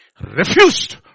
refused